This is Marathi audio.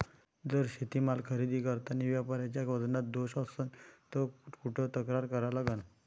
जर शेतीमाल खरेदी करतांनी व्यापाऱ्याच्या वजनात दोष असन त कुठ तक्रार करा लागन?